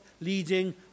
leading